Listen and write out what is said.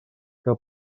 que